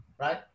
right